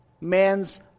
man's